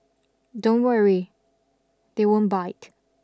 don't worry they won't bite